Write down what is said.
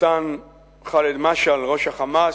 נתן ח'אלד משעל, ראש ה"חמאס",